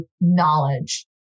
knowledge